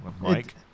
Mike